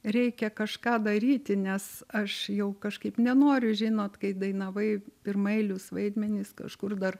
reikia kažką daryti nes aš jau kažkaip nenoriu žinot kai dainavai pirmaeilius vaidmenis kažkur dar